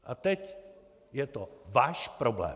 A teď je to váš problém.